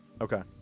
okay